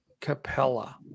Capella